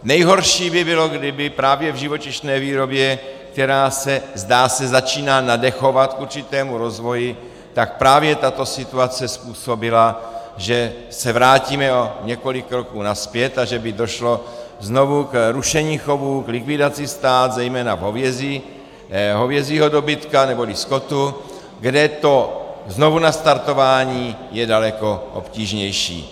Nejhorší by bylo, kdyby právě v živočišné výrobě, která se, zdá se, začíná nadechovat k určitému rozvoji, tak právě tato situace způsobila, že se vrátíme o několik roků nazpět a že by znovu došlo k rušení chovů, k likvidaci stád zejména hovězího dobytka neboli skotu, kde to znovunastartování je daleko obtížnější.